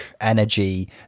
energy